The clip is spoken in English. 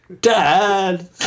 Dad